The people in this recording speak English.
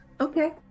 Okay